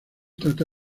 trata